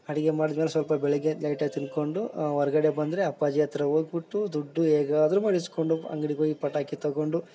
ಅಡುಗೆ ಮಾಡ್ದ್ಮೆಲೆ ಸ್ವಲ್ಪ ಬೆಳಿಗ್ಗೆ ಎದ್ದು ಲೈಟಾಗಿ ತಿನ್ಕೊಂಡು ಹೊರ್ಗಡೆ ಬಂದರೆ ಅಪ್ಪಾಜಿ ಹತ್ರ ಹೋಗ್ಬುಟ್ಟು ದುಡ್ಡು ಹೇಗಾದ್ರು ಮಾಡಿ ಇಸ್ಕೊಂಡು ಪ ಅಂಗ್ಡಿಗೆ ಹೋಗಿ ಪಟಾಕಿ ತಗೊಂಡು